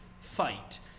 fight